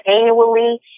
annually